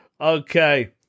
Okay